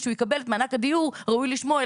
לקבל מענק דיור ראוי לשמו,